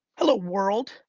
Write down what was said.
hello world.